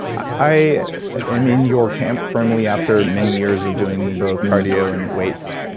i am in your camp firmly after many years of doing both cardio and weights.